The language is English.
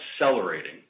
accelerating